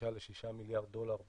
חמישה לשישה מיליארד דולר במצטבר.